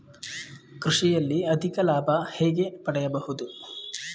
ಕೃಷಿಯಲ್ಲಿ ಅಧಿಕ ಲಾಭ ಹೇಗೆ ಪಡೆಯಬಹುದು?